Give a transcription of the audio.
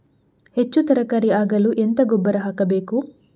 ಹೆಚ್ಚು ತರಕಾರಿ ಆಗಲು ಎಂತ ಗೊಬ್ಬರ ಹಾಕಬೇಕು?